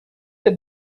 der